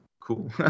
Cool